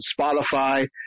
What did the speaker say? Spotify